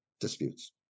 disputes